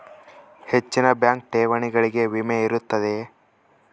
ಹೆಚ್ಚಿನ ಬ್ಯಾಂಕ್ ಠೇವಣಿಗಳಿಗೆ ವಿಮೆ ಇರುತ್ತದೆಯೆ?